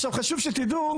עכשיו חשוב שתדעו